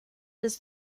was